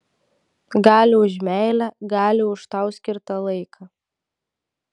gali už meilę gali už tau skirtą laiką